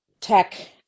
tech